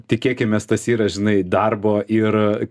tikėkimės tas yra žinai darbo ir